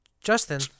Justin